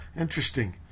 Interesting